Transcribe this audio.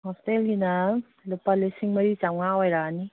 ꯍꯣꯁꯇꯦꯜꯒꯤꯅ ꯂꯨꯄꯥ ꯂꯤꯁꯤꯡ ꯃꯔꯤ ꯆꯥꯝꯃꯉꯥ ꯑꯣꯏꯔꯛꯑꯅꯤ